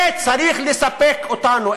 זה צריך לספק אותנו.